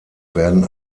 werden